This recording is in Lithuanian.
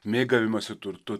mėgavimąsi turtu